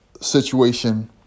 situation